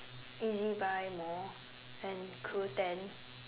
Ezbuy more and Qoo-ten